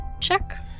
check